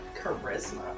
Charisma